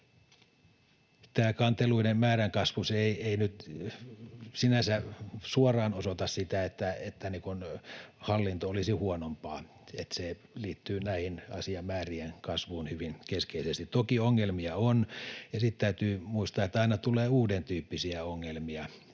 Tämä kanteluiden määrän kasvu ei nyt sinänsä suoraan osoita, että hallinto olisi huonompaa, vaan se liittyy tähän asiamäärien kasvuun hyvin keskeisesti. Toki ongelmia on, ja sitten täytyy muistaa, että aina tulee uudentyyppisiä ongelmia,